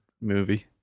movie